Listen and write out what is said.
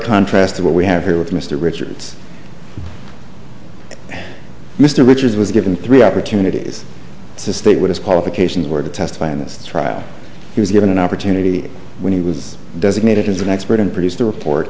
contrast to what we have here with mr richards mr richards was given three opportunities to state what his qualifications were to testify in this trial he was given an opportunity when he was designated as an expert and produced the report